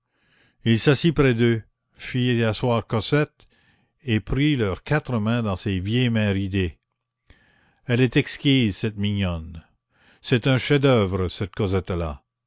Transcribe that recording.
il s'assit près d'eux fit asseoir cosette et prit leurs quatre mains dans ses vieilles mains ridées elle est exquise cette mignonne c'est un chef-d'oeuvre cette